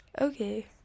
Okay